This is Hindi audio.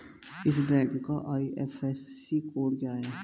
इस बैंक का आई.एफ.एस.सी कोड क्या है?